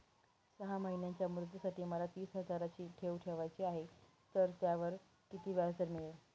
सहा महिन्यांच्या मुदतीसाठी मला तीस हजाराची ठेव ठेवायची आहे, तर त्यावर किती व्याजदर मिळेल?